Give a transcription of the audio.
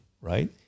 right